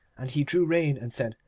and he drew rein and said,